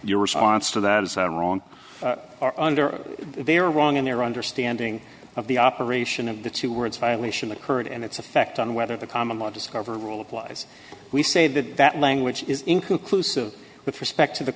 your response to that is wrong or under they are wrong in their understanding of the operation of the two words violation occurred and its effect on whether the common law discover rule applies we say that that language is inconclusive with respect to the